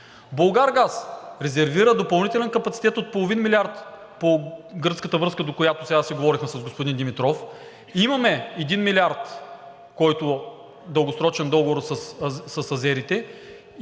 „Булгаргаз“ резервира допълнителен капацитет от половин милиард по гръцката връзка, до която – сега си говорехме с господин Димитров, имаме 1 милиард дългосрочен договор с азерите